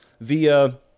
via